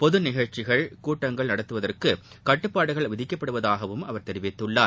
பொதுநிகழ்ச்சிகள் கூட்டங்கள் நடத்துவதற்கு கட்டுப்பாடுகள் விதிக்கப்படுவதாகவும் அவர் தெரிவித்துள்ளார்